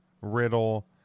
Riddle